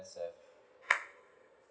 M_S_F